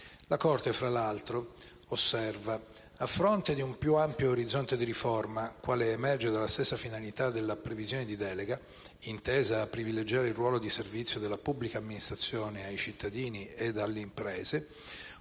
La Corte, tra l'altro, osserva: «A fronte di un più ampio orizzonte di riforma, quale emerge dalla stessa finalità della previsione di delega, intesa a privilegiare il ruolo di servizio della pubblica amministrazione ai cittadini ed alle imprese,